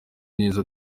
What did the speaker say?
neza